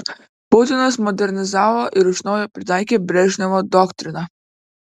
putinas modernizavo ir iš naujo pritaikė brežnevo doktriną